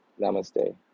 Namaste